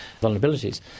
vulnerabilities